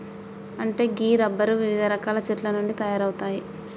అంటే గీ రబ్బరు వివిధ రకాల చెట్ల నుండి తయారవుతాయి